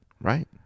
right